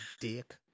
dick